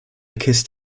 kissed